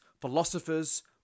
philosophers